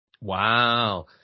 Wow